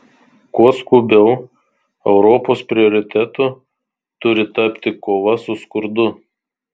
kuo skubiau europos prioritetu turi tapti kova su skurdu